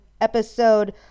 episode